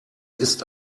ist